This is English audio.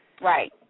Right